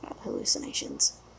Hallucinations